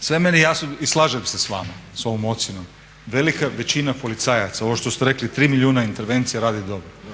Sve je meni jasno i slažem se s vama, s ovom ocjenom. Velika većina policajaca, ovo što ste rekli 3 milijuna intervencija radi dobro.